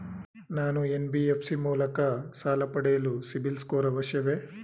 ನಾನು ಎನ್.ಬಿ.ಎಫ್.ಸಿ ಮೂಲಕ ಸಾಲ ಪಡೆಯಲು ಸಿಬಿಲ್ ಸ್ಕೋರ್ ಅವಶ್ಯವೇ?